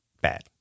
bad